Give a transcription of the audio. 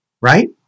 right